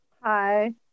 Hi